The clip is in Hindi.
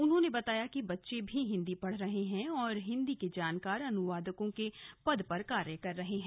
उन्होंने बताया कि बच्चे भी हिंदी पढ़ रहे हैं और हिंदी के जानकार अनुवादक के पदों पर भी कार्य कर रहे हैं